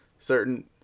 certain